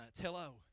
Hello